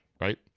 right